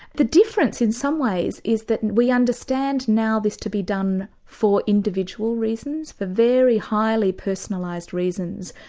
the difference in some ways is that we understand now this to be done for individual reasons, for very highly personalised reasons.